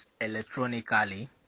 electronically